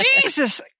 Jesus